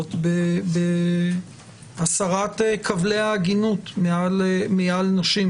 כלילות בהסרת כבלי העגינות מעל נשים,